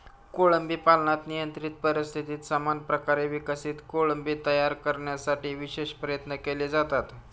कोळंबी पालनात नियंत्रित परिस्थितीत समान प्रकारे विकसित कोळंबी तयार करण्यासाठी विशेष प्रयत्न केले जातात